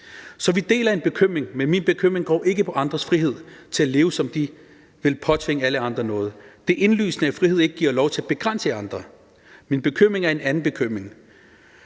Så vi deler en bekymring, men min bekymring går ikke på andres frihed til at leve, som de vil, i forhold til at påtvinge alle andre noget. Det er indlysende, at frihed ikke giver lov til at begrænse andre. Min bekymring er en anden bekymring